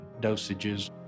dosages